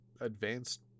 advanced